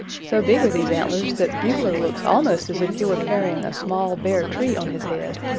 so big are these antlers that bugler looks almost as if he were carrying a small, bare tree on his head.